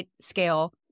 scale